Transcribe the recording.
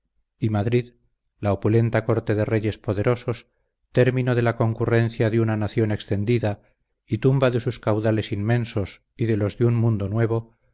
y madrid la opulenta corte de reyes poderosos término de la concurrencia de una nación extendida y tumba de sus caudales inmensos y de los de un mundo nuevo